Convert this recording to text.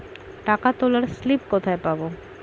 টাকা তোলার স্লিপ কোথায় পাব?